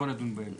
בואו נדון בהם.